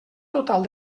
total